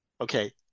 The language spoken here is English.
Okay